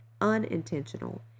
unintentional